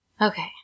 Okay